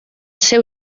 seu